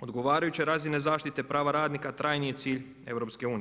odgovarajuće razine zaštite, prava radnika trajni je cilj EU.